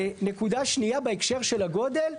נקודה שנייה בהקשר של הגודל: